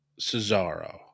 Cesaro